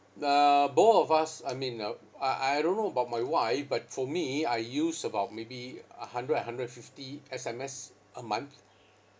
the both of us I mean uh I I don't know about my wife but for me I use about maybe a hundred and a hundred fifty S_M_S a month